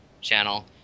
channel